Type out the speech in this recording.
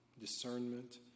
discernment